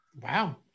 Wow